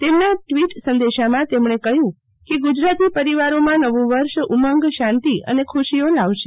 તેમના ટ્વીટ સંદેશામાં તેમક્ષે કહ્યું કે ગુજરાતી પરિવારોમાં નવું વર્ષ ઉમંગ શાંતિ અને ખુશીઓ લાવશે